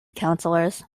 councillors